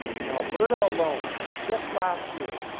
in alberta alone, just last year,